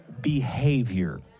behavior